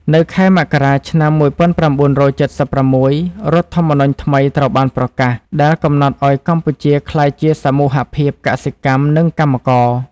នៅខែមករា ឆ្នាំ១៩៧៦ រដ្ឋធម្មនុញ្ញថ្មីត្រូវបានប្រកាស ដែលកំណត់ឱ្យកម្ពុជាក្លាយជាសមូហភាពកសិកម្ម និងកម្មករ។